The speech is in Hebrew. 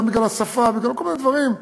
גם בגלל השפה וכל מיני דברים,